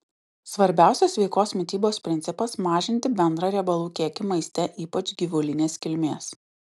svarbiausias sveikos mitybos principas mažinti bendrą riebalų kiekį maiste ypač gyvulinės kilmės